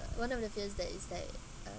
one of the fears there is that uh